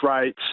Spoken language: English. rates